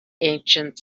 ancient